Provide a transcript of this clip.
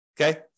okay